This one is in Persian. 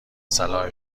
صلاح